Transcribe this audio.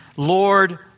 Lord